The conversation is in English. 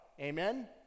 Amen